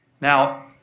Now